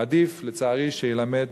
עדיף לצערי שילמד